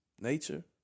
nature